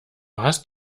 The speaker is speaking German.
hast